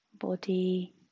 body